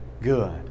good